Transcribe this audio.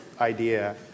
idea